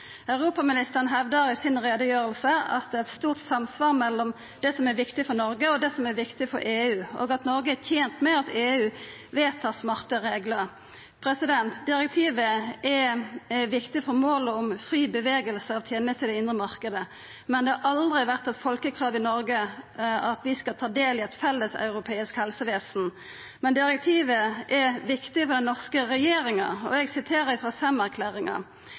Europaministeren hevda i utgreiinga si at det er eit stort samsvar mellom det som er viktig for Noreg, og det som er viktig for EU, og at Noreg er tent med at EU vedtar smarte reglar. Direktivet er viktig for målet om fri bevegelse av tenester i den indre marknaden, men det har aldri vore eit folkekrav i Noreg at vi skal ta del i eit felles europeisk helsevesen. Men direktivet er viktig for den norske regjeringa. Eg siterer